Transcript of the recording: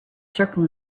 circle